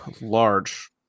large